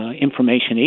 information